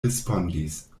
respondis